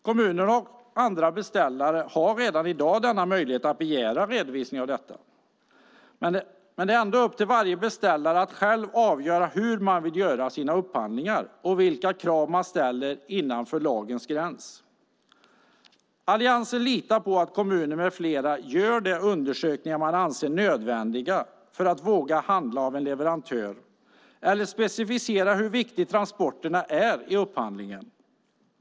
Kommuner och andra beställare har redan i dag möjlighet att begära en redovisning av detta, men det är ändå upp till varje beställare att själv avgöra hur man vill göra sina upphandlingar och vilka krav man ställer innanför lagens gräns. Alliansen litar på att kommuner med flera gör de undersökningar man anser nödvändiga för att våga handla av en leverantör eller specificerar hur viktiga transporterna är i upphandlingen.